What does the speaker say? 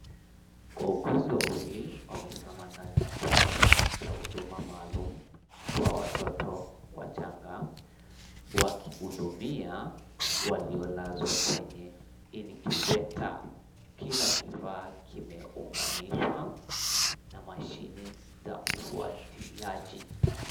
Wauguzi wawili wamezama ndani ya chumba 𝑐ℎ𝑎 ℎ𝑢𝑑𝑢𝑚𝑎 maalum kwa watoto wachanga, wakihudumia waliolazwa kwenye incubator . Kila kifaa kimeunganishwa na mashini 𝑧a ufuatiliaji.